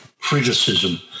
criticism